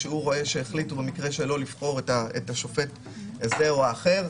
כשהוא רואה שהחליטו במקרה שלו לבחור שופט זה או אחר,